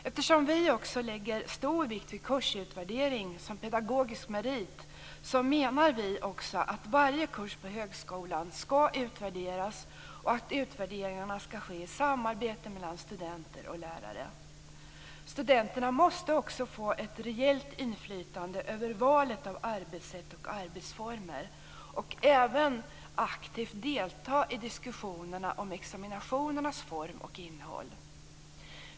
Eftersom vi också lägger stor vikt vid kursutvärdering som pedagogisk merit, menar vi också att varje kurs på högskolan skall utvärderas och att utvärderingarna skall ske i samarbete mellan studenter och lärare. Studenterna måste också få ett rejält inflytande över valet av arbetsätt och arbetsformer och även aktivt delta i diskussionerna om examinationernas form och innehåll.